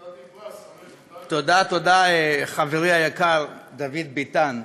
תודה תודה, חברי היקר, דוד ביטן.